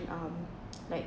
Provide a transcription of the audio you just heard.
um like